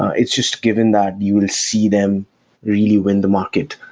it's just given that you will see them really win the market,